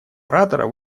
оратора